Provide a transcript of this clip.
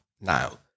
now